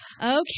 Okay